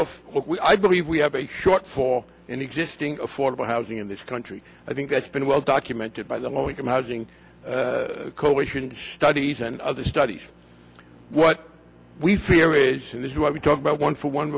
off i believe we have a shortfall in existing affordable housing in this country i think that's been well documented by the low income housing coalition studies and other studies what we fear is and this is what we talk about one for one